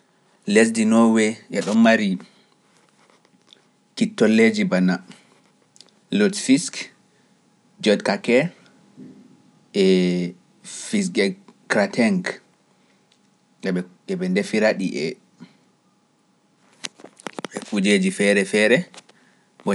Lesdi Nouwe e ɗo mari, kittolleeji bana, Lodz Fisk, Djod Kakke, Fisge Kratenke, ɗe ɓe ndefira ɗi e kuujeji feere feere.